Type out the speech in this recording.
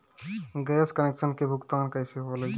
Gas connection के भुगतान कैसे होइ?